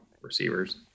receivers